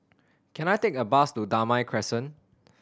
can I take a bus to Damai Crescent